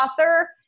author